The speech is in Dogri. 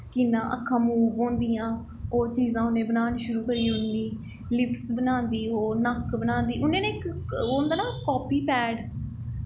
कि'यां अक्खां मूव होंदियां ओह् चीज़ां उ'नें बनान शुरू करी ओड़नी लिप्स बनांदी ओह् नक्क बनांदी उन्ने ना इक होंदा ना कापी पैड